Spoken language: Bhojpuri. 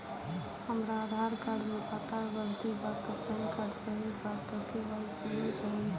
हमरा आधार कार्ड मे पता गलती बा त पैन कार्ड सही बा त के.वाइ.सी हो जायी?